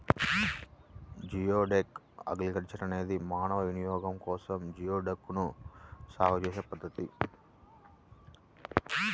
geoduck aquaculture అనేది మానవ వినియోగం కోసం జియోడక్లను సాగు చేసే పద్ధతి